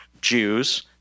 Jews